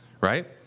right